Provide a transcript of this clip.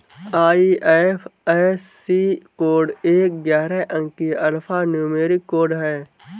IFSC code एक ग्यारह अंकीय अल्फा न्यूमेरिक कोड है